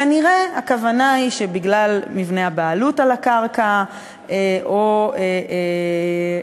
כנראה הכוונה היא למבנה הבעלות על הקרקע או לביורוקרטיה,